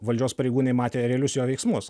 valdžios pareigūnai matė realius jo veiksmus